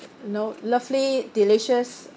you know lovely delicious